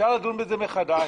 אפשר לדון בזה מחדש.